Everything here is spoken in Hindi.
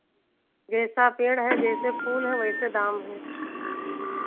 जैसा पेड़ है जैसे फूल हैं वैसे दाम हैं